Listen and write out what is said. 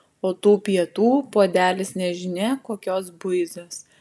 o tų pietų puodelis nežinia kokios buizos